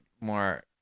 more